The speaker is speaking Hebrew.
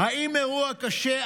האם אירוע קשה,